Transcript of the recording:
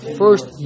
first